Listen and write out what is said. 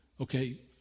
okay